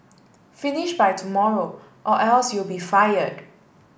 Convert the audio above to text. finish by tomorrow or else you'll be fired